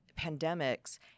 pandemics